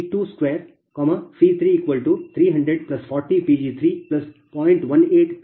18 Pg32